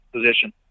position